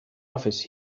office